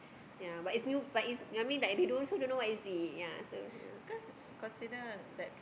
ya but is new but is I mean like they also don't know what it is ya so ya